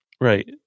Right